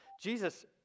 Jesus